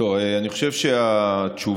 אני חושב שהתשובה,